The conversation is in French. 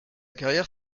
carrière